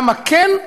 למה כן,